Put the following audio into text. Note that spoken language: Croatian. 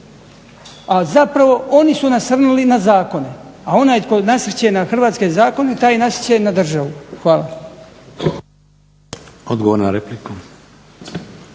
a zapravo oni su nasrnuli na zakone, a onaj tko nasrće na hrvatske zakone taj nasrće na državu. Hvala. **Šeks,